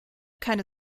keine